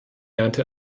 ernte